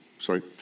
Sorry